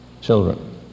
children